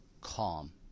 calm